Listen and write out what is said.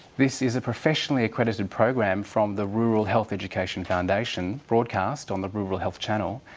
this is a professionally accredited program from the rural health education foundation, broadcast on the rural health channel.